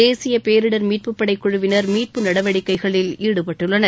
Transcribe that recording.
தேசிய பேரிடர் மீட்புபடை குழுவினர் மீட்பு நடவடிக்கைகளில் ஈடுபட்டுள்ளனர்